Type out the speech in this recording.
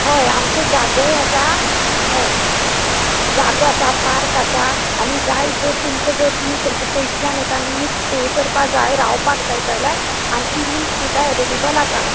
होय आमचो जागोय आसा होय जागो आसा पार्क आसा आनी जाय तो तुमका जर खंयचे पयसल्यान येता मनीस स्टे करपाक जाय रावपाक जाय जाल्यार आमची रूम सुद्दां एवेलेबल आसा